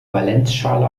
valenzschale